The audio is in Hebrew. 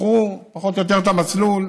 בחרו פחות או יותר את המסלול,